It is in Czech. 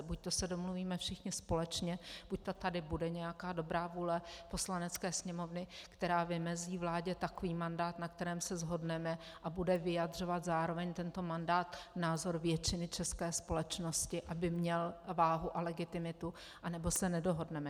Buďto se domluvíme všichni společně, buďto tady bude nějaká dobrá vůle Poslanecké sněmovny, která vymezí vládě takový mandát, na kterém se shodneme, a bude vyjadřovat zároveň tento mandát názor většiny české společnosti, aby měl váhu a legitimitu, anebo se nedohodneme.